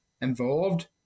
involved